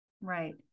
right